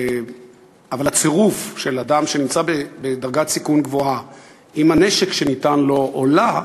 אבל הצירוף של אדם שנמצא בדרגת סיכון גבוהה עם הנשק שניתן לו או לה,